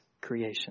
creation